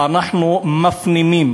אנחנו מפנימים